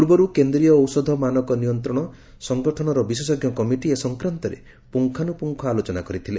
ପୂର୍ବରୁ କେନ୍ଦ୍ରୀୟ ଔଷଧ ମାନକ ନିୟନ୍ତ୍ରଣ ସଂଗଠନର ବିଶେଷଜ୍ଞ କମିଟି ଏ ସଂକ୍ରାନ୍ତରେ ପୁଙ୍ଗାନୁପୁଙ୍ଗ ଆଲୋଚନା କରିଥିଲେ